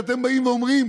אתם באים ואומרים,